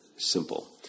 simple